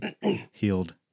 healed